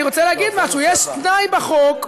אני רוצה להגיד משהו: יש תנאי בחוק,